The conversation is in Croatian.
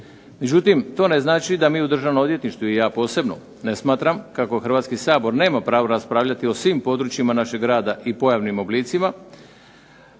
Međutim, to ne znači da mi u Državnom odvjetništvu i ja posebno ne smatram kako Hrvatski sabor nema pravo raspravljati o svim područjima našeg rada i pojavnim oblicima.